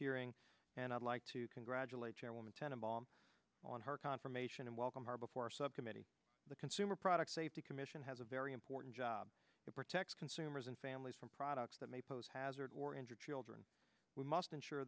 hearing and i'd like to congratulate chairwoman tenable on her confirmation and welcome her before a subcommittee the consumer product safety commission has a very important job to protect consumers and families from products that may pose hazard or injured children we must ensure